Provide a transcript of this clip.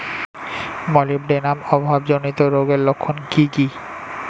Molybdenum অভাবজনিত রোগের লক্ষণ কি কি?